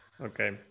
Okay